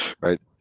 right